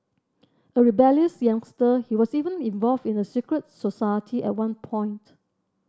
a rebellious youngster he was even involved in a secret society at one point